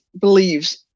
believes